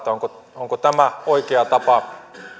kantaa siihen onko tämä oikea tapa